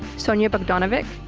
sonia bogdanovic,